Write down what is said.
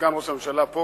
ראש הממשלה פה,